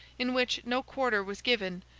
in which no quarter was given,